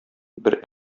бер